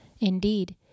Indeed